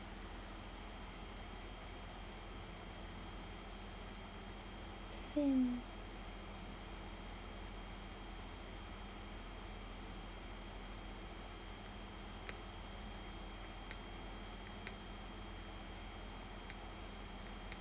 same